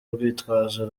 urwitwazo